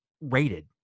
rated